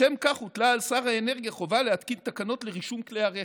לשם כך הוטלה על שר האנרגיה חובה להתקין תקנות לרישום כלי הרכב,